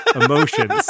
emotions